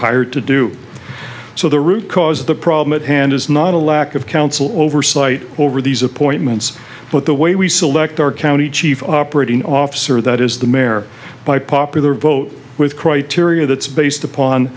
hired to do so the root cause of the problem at hand is not a lack of council oversight over these appointments but the way we select our county chief operating officer that is the mare by popular vote with criteria that's based upon